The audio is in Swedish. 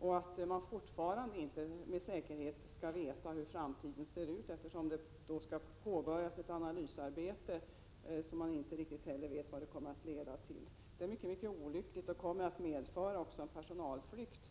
och vet fortfarande inte med säkerhet hur framtiden kommer att se ut, eftersom det nu skall påbörjas ett analysarbete vars resultat man inte kan förutsäga. Detta är mycket olyckligt och kommer att medföra en personalflykt.